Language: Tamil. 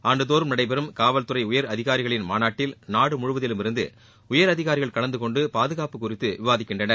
ஆண்டு தோறம் நடைபெறும் காவல்துறை உயர் அதிகாரிகளின் மாநாட்டில் நாடு முழுவதிலிருந்தும் உயர் அதிகாரிகள் கலந்து கொண்டு பாதுகாப்பு குறித்து விவாதிக்கிறார்கள்